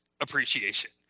appreciation